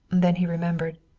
then he remembered.